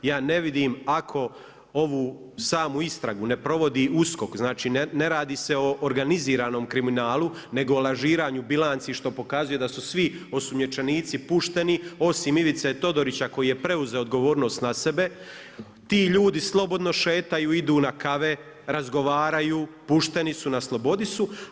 Ja ne vidim ako ovu samu istragu ne provodi USKOK znači ne radi se o organiziranom kriminalu, nego o lažiranju bilanci, što pokazuju da su svi osumnjičenici pušteni, osim Ivice Todorića koji je preuzeo odgovornost na sebe, ti ljudi slobodno šetaju, idu na kave, razgovaraju, pušteni su, na slobodi su.